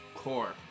core